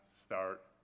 start